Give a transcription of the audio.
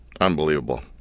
Unbelievable